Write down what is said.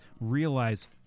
realize